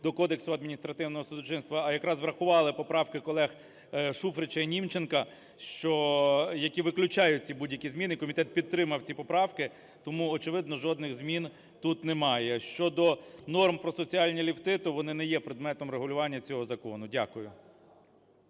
до Кодексу адміністративного судочинства, а якраз врахували поправки колег Шуфрича і Німченка, що... які виключають ці будь-які зміни. Комітет підтримав ці поправки. Тому, очевидно, жодних змін тут немає. Щодо норм про соціальні ліфти, то вони не є предметом регулювання цього закону. Дякую.